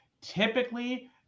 typically